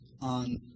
on